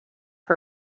her